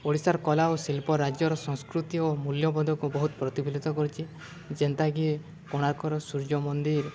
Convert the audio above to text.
ଓଡ଼ିଶାର କଲା ଓ ଶିଲ୍ପ ରାଜ୍ୟର ସଂସ୍କୃତି ଓ ମୂଲ୍ୟବଦକୁ ବହୁତ ପ୍ରତିଫଲିତ କରିଛି ଯେନ୍ତାକି କୋଣାର୍କର ସୂର୍ଯ୍ୟ ମନ୍ଦିର